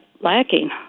lacking